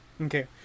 Okay